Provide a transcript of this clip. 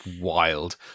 wild